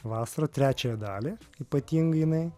vasarą trečiąją dalį ypatingai jinai